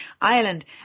Ireland